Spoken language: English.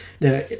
Now